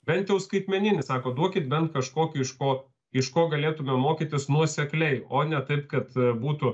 bent jau skaitmeninį sako duokit bent kažkokį iš ko iš ko galėtume mokytis nuosekliai o ne taip kad būtų